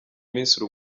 minsi